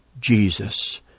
Jesus